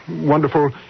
wonderful